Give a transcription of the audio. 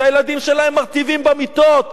שהילדים שלהם מרטיבים במיטות.